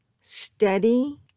steady